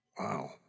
Wow